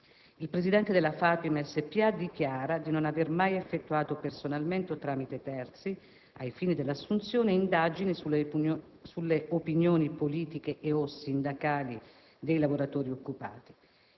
Il Presidente della FAPIM spa dichiara di non aver mai effettuato, personalmente o tramite terzi, ai fini dell'assunzione, indagini sulle opinioni politiche e/o sindacali dei lavoratori occupati.